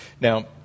Now